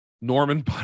Norman